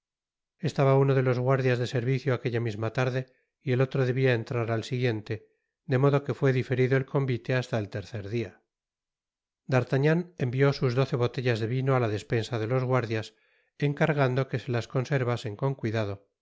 estaba uno de los guardias de servicio aquella misma tarde y el otro debia entrar al siguiente de modo que fué diferido el convite hasta el tercer dia d'artagnan envió sus doce botellas de vino á la despensa de los guardias encargando que se las conservasen con cuidado